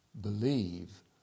believe